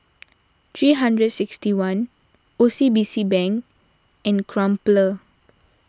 three hundred sixty one O C B C Bank and Crumpler